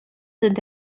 sind